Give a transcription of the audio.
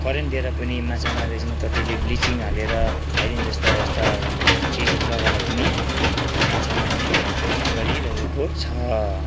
current दिएर पनि माछा मारिरहेछन् कतिले ब्लिचिङ हालेर थाइडिन जस्ता यस्ता चिजहरू लगाएर पनि माछा मार्ने गरिरहेको छ